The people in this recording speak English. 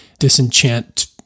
disenchant